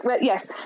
Yes